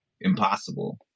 impossible